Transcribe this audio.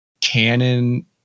canon